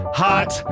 hot